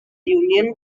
union